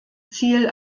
ziel